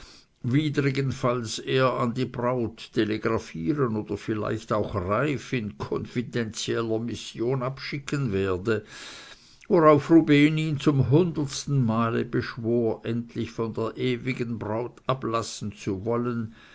widrigenfalls er an die braut telegraphieren oder vielleicht auch reiff in konfidentieller mission abschicken werde worauf rubehn ihn zum hundertsten male beschwor endlich von der ewigen braut ablassen zu wollen